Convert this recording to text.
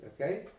okay